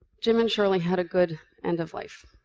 jim and shirley had a good end of life,